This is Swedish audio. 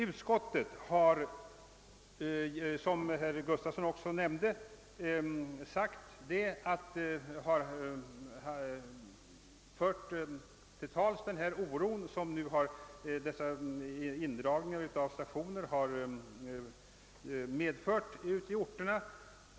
Utskottet har, som herr Gustafsson i Kårby också framhöll, redovisat den oro som indragningarna av stationer har förorsakat på de olika orterna.